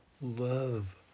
love